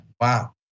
Wow